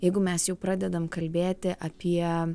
jeigu mes jau pradedam kalbėti apie